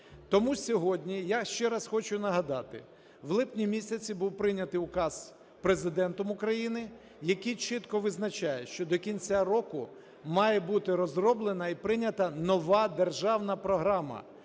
Тому сьогодні я ще раз хочу нагадати: в липні місяці був прийнятий указ Президентом України, який чітко визначає, що до кінця року має бути розроблена і прийнята нова державна програма,